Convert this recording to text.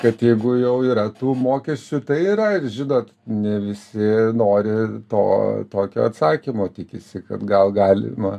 kad jeigu jau yra tų mokesčių tai yra žinot ne visi nori to tokio atsakymo tikisi kad gal galima